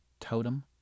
Totem